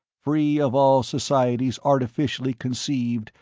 free of all society's artificially conceived,